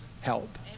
help